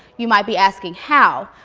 you might be asking how.